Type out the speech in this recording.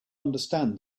understand